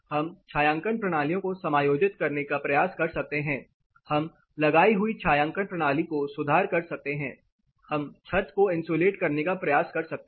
हम छायांकन प्रणालियों को समायोजित करने का प्रयास कर सकते हैं हम लगाई हुई छायांकन प्रणाली को सुधार सकते हैं हम छत को इन्सुलेट करने का प्रयास कर सकते हैं